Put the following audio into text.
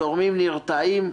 התורמים נרתעים,